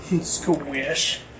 Squish